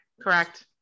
correct